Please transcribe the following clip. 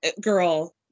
girl